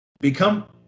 Become